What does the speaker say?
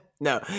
No